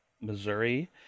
Missouri